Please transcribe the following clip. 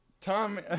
Tom